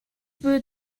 буй